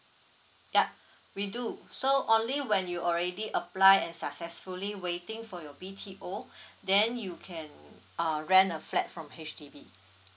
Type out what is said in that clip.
yup we do so only when you already apply and successfully waiting for your B_T_O then you can err rent a flat from H_D_B